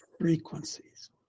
frequencies